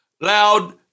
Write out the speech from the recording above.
loud